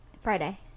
Friday